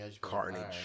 Carnage